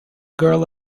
girl